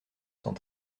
cent